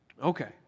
Okay